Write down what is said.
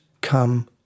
come